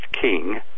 king